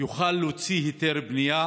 יוכל להוציא היתר בנייה